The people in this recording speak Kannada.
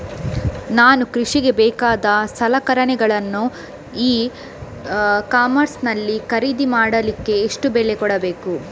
ನಾನು ಕೃಷಿಗೆ ಬೇಕಾದ ಸಲಕರಣೆಗಳನ್ನು ಇ ಕಾಮರ್ಸ್ ನಲ್ಲಿ ಖರೀದಿ ಮಾಡಲಿಕ್ಕೆ ಎಷ್ಟು ಬೆಲೆ ಕೊಡಬೇಕು?